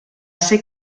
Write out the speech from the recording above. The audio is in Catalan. ser